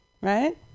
right